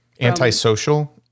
Antisocial